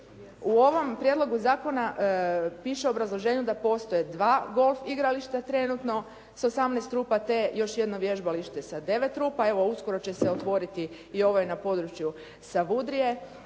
U ovom prijedlogu zakona piše u obrazloženju da postoje dva golf igrališta trenutno sa 18 rupa te još jedno vježbalište sa 9 rupa. Evo uskoro će se otvoriti i ovaj na području Savudrije,